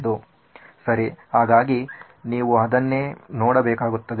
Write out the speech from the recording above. ಹಾಗಾಗಿ ನೀವು ಅದನ್ನೇ ನೋಡಬೇಕಾಗುತ್ತದೆ